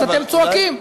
אתם צועקים,